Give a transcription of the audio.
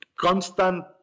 constant